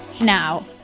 Now